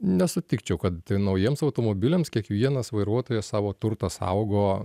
nesutikčiau kad t naujiems automobiliams kiekvienas vairuotojas savo turtą saugo